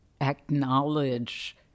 acknowledge